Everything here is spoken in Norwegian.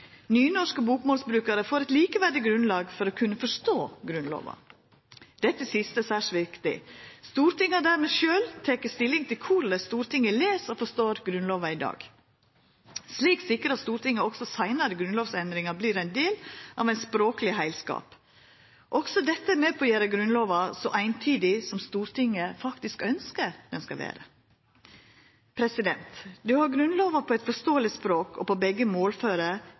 får eit likeverdig grunnlag for å kunna forstå Grunnlova. Dette siste er særs viktig. Stortinget har dermed sjølv teke stilling til korleis Stortinget les og forstår Grunnlova i dag. Slik sikrar Stortinget at også seinare grunnlovsendringar vert ein del av ein språkleg heilskap. Også dette er med på å gjera Grunnlova så eintydig som Stortinget faktisk ønskjer at ho skal vere. Det å ha Grunnlova på eit forståeleg språk og på begge målføre,